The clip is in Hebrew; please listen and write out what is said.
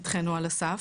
נדחינו על הסף,